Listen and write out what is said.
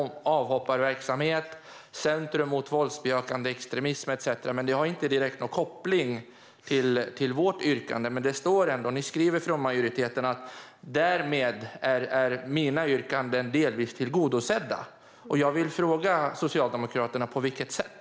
Det handlar om avhopparverksamhet, ett centrum mot våldsbejakande extremism etcetera, men det har ingen direkt koppling till vårt yrkande. Ni skriver dock från majoritetens sida att mina yrkanden därmed är delvis tillgodosedda, och jag vill fråga Socialdemokraterna på vilket sätt.